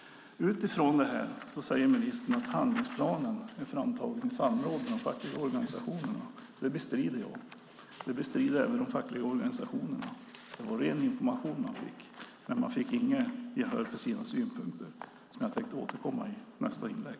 Ministern säger att handlingsplanen är framtagen i samråd med de fackliga organisationerna. Det bestrider jag. Det bestrider även de fackliga organisationerna. Det var ren information de fick, men de fick inget gehör för sina synpunkter. Detta återkommer jag till i nästa inlägg.